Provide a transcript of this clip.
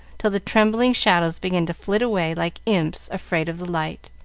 till the trembling shadows began to flit away like imps afraid of the light.